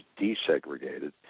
desegregated